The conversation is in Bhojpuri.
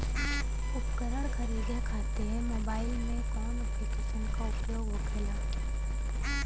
उपकरण खरीदे खाते मोबाइल में कौन ऐप्लिकेशन का उपयोग होखेला?